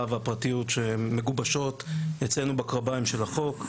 והפרטיות שמגובשות אצלנו בקרביים של החוק,